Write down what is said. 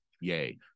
yay